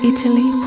Italy